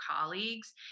colleagues